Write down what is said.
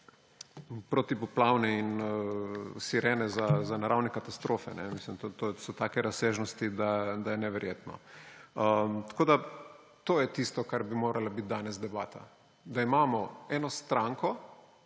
protipoplavne in sirene za naravne katastrofe. To so take razsežnosti, da je neverjetno. To je tisto, o čemer bi morala biti danes debata. Da imamo eno stranko,